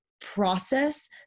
process